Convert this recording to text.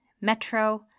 metro